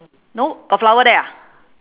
no got flower there ah